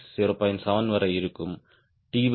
7 வரை இருக்கும்